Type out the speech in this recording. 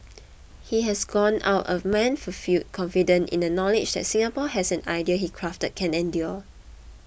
he has gone out a man fulfilled confident in the knowledge that Singapore as an idea he crafted can endure